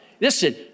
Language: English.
Listen